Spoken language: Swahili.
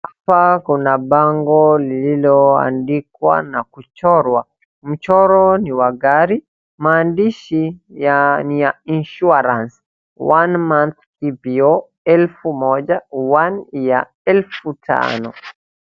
Hapa kuna bango lililoandikwa na kuchorwa, mchoro ni wa gari, maandishi ni ya insurance 1 month TPO , elfu moja, 1 year , elfu tano.